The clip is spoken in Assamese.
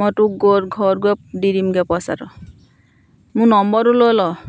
মই তোক গৈ ঘৰত গৈ দি দিমগৈ পইচাটো মোৰ নম্বৰটো লৈ ল